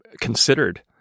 considered